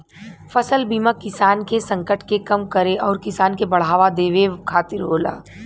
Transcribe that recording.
फसल बीमा किसान के संकट के कम करे आउर किसान के बढ़ावा देवे खातिर होला